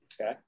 Okay